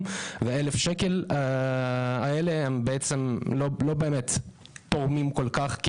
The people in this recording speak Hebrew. ו-1,000 שקל האלה הם בעצם לא באמת תורמים כל כך,